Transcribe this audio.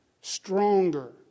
stronger